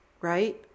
right